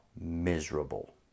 miserable